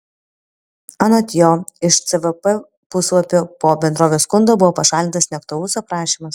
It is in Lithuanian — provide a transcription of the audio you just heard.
anot jo iš cvp puslapio po bendrovės skundo buvo pašalintas neaktualus aprašymas